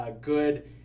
good